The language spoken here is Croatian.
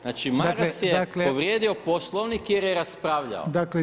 Znači Maras je povrijedio Poslovnik jer je raspravljao.